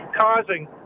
causing